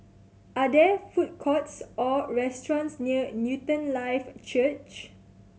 are there food courts or restaurants near Newton Life Church